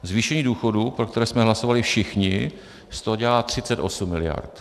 Zvýšení důchodů, pro které jsme hlasovali všichni, z toho dělá 38 miliard.